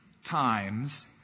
times